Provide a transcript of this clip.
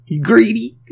Greedy